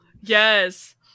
yes